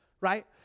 right